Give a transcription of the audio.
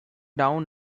down